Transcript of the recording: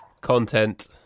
content